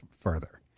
further